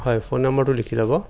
হয় ফোন নম্বৰটো লিখি ল'ব